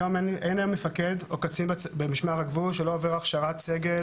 היום אין מפקד או קצין במשמר הגבול שלא עובר הכשרת סגל